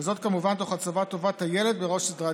וזאת כמובן תוך הצבת טובת הילד בראש סדר העדיפויות.